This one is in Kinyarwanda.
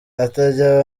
atajya